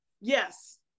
yes